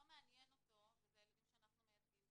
ואלה הילדים שאנחנו מייצגים.